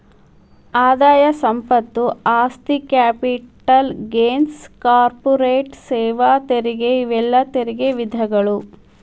ಆದಾಯ ಸಂಪತ್ತು ಆಸ್ತಿ ಕ್ಯಾಪಿಟಲ್ ಗೇನ್ಸ್ ಕಾರ್ಪೊರೇಟ್ ಸೇವಾ ತೆರಿಗೆ ಇವೆಲ್ಲಾ ತೆರಿಗೆ ವಿಧಗಳು